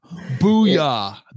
Booyah